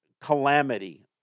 calamity